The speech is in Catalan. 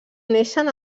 neixen